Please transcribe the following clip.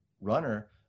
runner